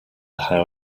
how